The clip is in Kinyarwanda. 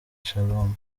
shalom